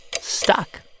stuck